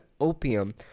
opium